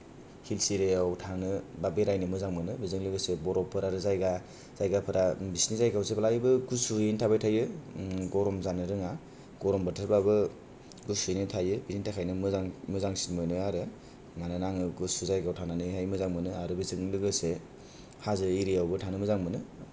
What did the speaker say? hills एरियाआव थांनो बा बेरायनो मोजां मोनो बेजों लोगोसे बरफफोर आरो जायगा जायगाफोरा बिसिनि जायगायाव जेब्लायबो गुसुयैनो थाबाय थायो गरम जानो रोङा गरम बोथोरबाबो गुसुयैनो थायो बेनि थाखायनो मोजां मोजांसिन मोनो आरो मानोना आङो गुसु जायगायाव थानानैहाय मोजां मोनो आरो बेजों लोगोसे हाजो एरियाआवबो थानो मोजां मोनो आरो